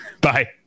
Bye